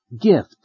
Gift